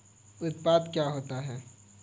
उत्पाद क्या होता है?